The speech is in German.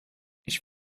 ich